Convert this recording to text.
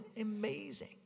amazing